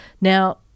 Now